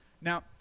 Now